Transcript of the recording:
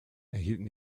erhielten